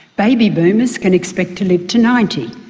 baby boomers can expect to live to ninety.